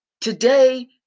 Today